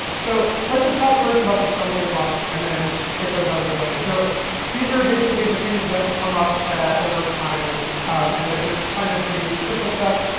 so let's just talk first about the stumbling blocks and then get those out of the way. so these are basically the things that come up over time and that just kind of trip us up.